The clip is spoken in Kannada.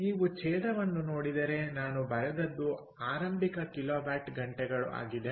ನೀವು ಛೇದವನ್ನು ನೋಡಿದರೆ ನಾನು ಬರೆದದ್ದು ಆರಂಭಿಕ ಕಿಲೋವ್ಯಾಟ್ ಗಂಟೆಗಳು ಆಗಿದೆ